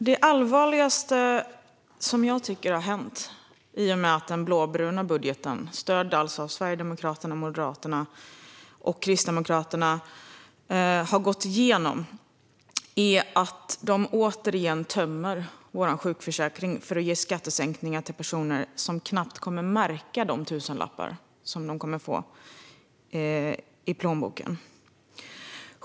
Fru talman! Det jag tycker är det allvarligaste som har hänt i och med att den blåbruna budgeten - som alltså stöds av Sverigedemokraterna, Moderaterna och Kristdemokraterna - har gått igenom är att man återigen tömmer vår sjukförsäkring för att ge skattesänkningar till personer som knappt kommer att märka de extra tusenlappar de får i plånboken.